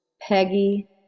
peggy